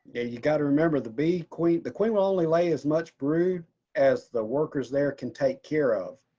you got to remember the bee queen, the queen only lay as much brood as the workers there can take care of.